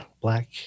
black